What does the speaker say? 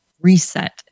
reset